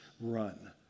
run